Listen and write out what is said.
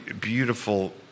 beautiful